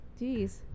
Jeez